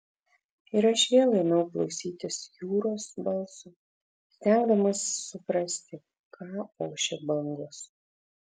ir aš vėl ėmiau klausytis jūros balso stengdamasis suprasti ką ošia bangos